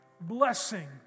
blessing